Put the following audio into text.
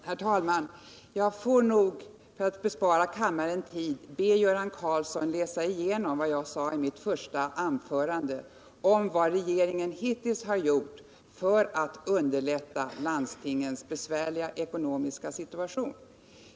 Herr talman! För att bespara kammarens ledamöter tid får jag nog be Göran Karlsson att läsa igenom vad jag sade i mitt första anförande om vad regeringen hittills har gjort för att underlätta landstingens besvärliga ekonomiska situation.